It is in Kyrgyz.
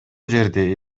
жерде